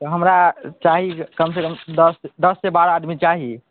तऽ हमरा चाही कमसे कम दस दससे बारह आदमी चाही